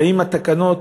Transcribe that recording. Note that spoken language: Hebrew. והאם התקנות,